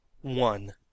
One